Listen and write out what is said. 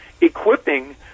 equipping